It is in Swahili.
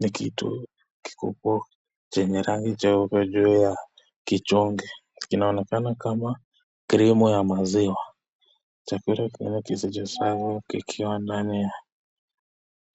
Ni kitu kikubwa chenye rangi jeupe juu ya kichungi. Kinaonekana kama krimu ya maziwa. Chakula kimewekwa vizuri sana kikiwa ndani ya